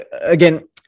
again